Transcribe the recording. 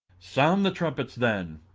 sound the trumpets, then.